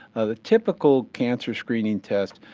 ah the typical cancer screening test,